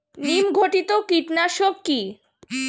নিম ঘটিত কীটনাশক কি?